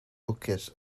lwcus